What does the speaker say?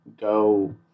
go –